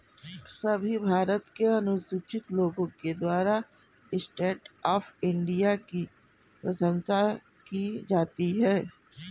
सभी भारत के अनुसूचित लोगों के द्वारा स्टैण्ड अप इंडिया की प्रशंसा की जाती है